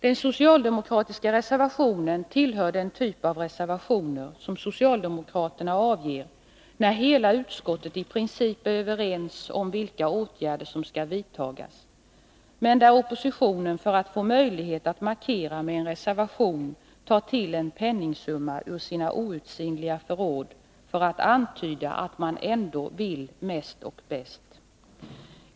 Den socialdemokratiska reservationen tillhör den typ av reservationer som socialdemokraterna avger när hela utskottet i princip är överens om vilka åtgärder som skall vidtagas, men där oppositionen, för att få möjlighet att markera med en reservation, tar till en penningsumma ur sina outsinliga förråd i syfte att antyda att man ändå vill mest och bäst.